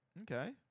Okay